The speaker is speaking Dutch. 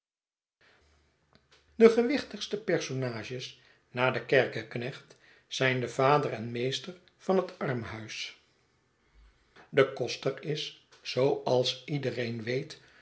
de gewichtigste personages na den kerkeknecht zijn de vader en de meester van het armhuis de koster is zooals iedereen weet